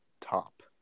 top